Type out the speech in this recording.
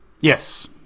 Yes